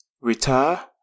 Retire